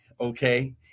Okay